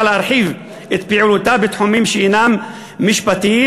להרחיב את פעילותה בתחומים שהם משפטיים,